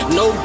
no